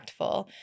impactful